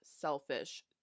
selfish